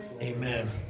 Amen